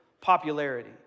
popularity